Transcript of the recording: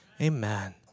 Amen